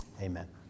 Amen